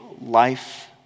life